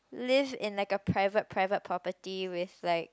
live in like a private private properly with like